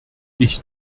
ich